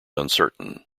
uncertain